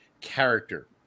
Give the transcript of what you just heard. character